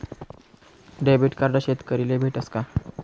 Debit card शेतकरीले भेटस का?